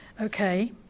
okay